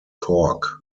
cork